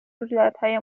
رویدادهای